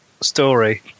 story